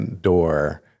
door